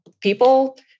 people